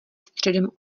středem